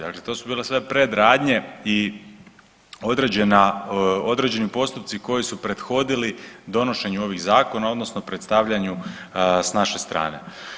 Dakle, to su bile sve predradnje i određeni postupci koji su prethodili donošenju ovih zakona odnosno predstavljanju s naše strane.